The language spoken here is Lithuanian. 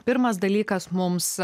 pirmas dalykas mums